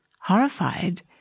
horrified